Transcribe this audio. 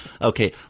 okay